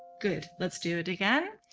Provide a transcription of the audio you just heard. good. let's do it again.